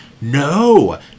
No